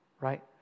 Right